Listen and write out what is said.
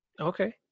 Okay